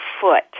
foot